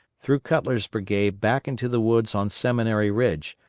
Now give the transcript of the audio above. threw cutler's brigade back into the woods on seminary ridge,